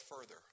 further